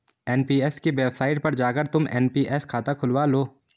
NPS की website पर जाकर तुम एन.पी.एस खाता खुलवा लो